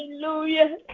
hallelujah